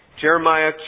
Jeremiah